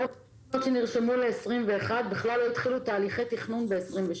רוב המשימות שנכתבו ל-2021 בכלל לא התחילו תהליכי תכנון ב-2022.